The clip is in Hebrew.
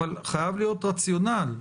אבל חייב להיות רציונל.